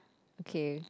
okay